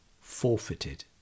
forfeited